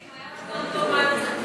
אם היה רצון טוב לא היינו צריכים,